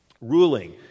ruling